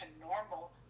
normal